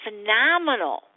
phenomenal